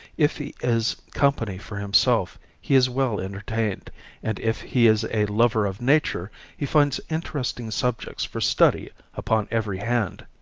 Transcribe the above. if he is company for himself he is well entertained and if he is a lover of nature he finds interesting subjects for study upon every hand.